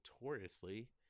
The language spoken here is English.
notoriously